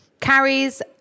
carries